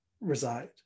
reside